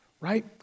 right